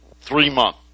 three-month